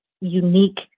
unique